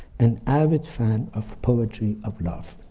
an avid fan of poetry of love.